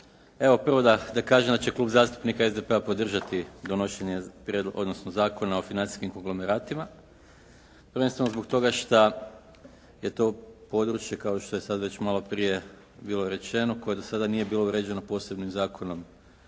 Evo prvo da kažem da će Klub zastupnika SDP-a podržati donošenje prijedloga, odnosno Zakona o financijskim konglomeratima prvenstveno zbog toga šta je to područje kao što je sada već malo prije bilo rečeno, koje do sada nije bilo uređeno posebnim zakonom